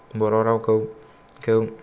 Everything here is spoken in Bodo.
बर' रावखौ